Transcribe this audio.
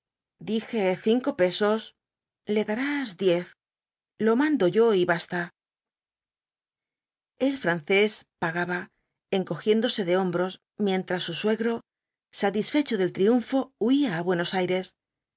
dije cinco pesos le darás diez lo mando yo y basta el francés pagaba encogiéndose de hombros mientras su suegro satisfecho del triunfo huía á buenos aires